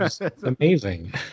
amazing